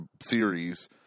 series